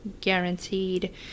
guaranteed